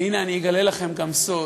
והנה אני אגלה לכם גם סוד,